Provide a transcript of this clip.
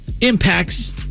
impacts